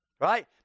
right